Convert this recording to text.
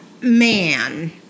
man